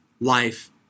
life